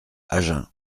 agen